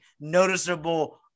noticeable –